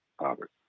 Robert